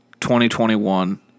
2021